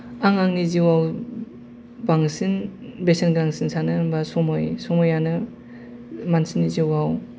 आं आंनि जिउआव बांसिन बेसेन गोनांसिन सानो होनबा समय समयानो मानसिनि जिउआव